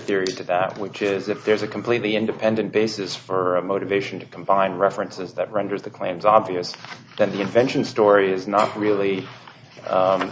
theory to that which is if there's a completely independent basis for a motivation to combine references that renders the claims obvious that the invention story is not really